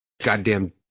goddamn